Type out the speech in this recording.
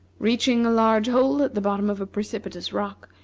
reaching a large hole at the bottom of a precipitous rock,